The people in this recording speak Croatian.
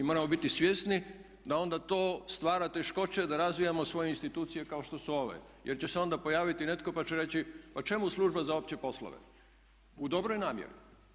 I moramo biti svjesni da onda to stvara teškoće da razvijamo svoje institucije kao što su ove, jer će se onda pojaviti netko pa će reći, pa čemu Služba za opće poslove u dobroj namjeri?